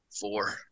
four